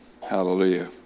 Hallelujah